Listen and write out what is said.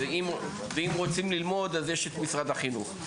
אם רוצים ללמוד אז יש את משרד החינוך.